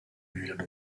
bühne